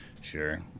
sure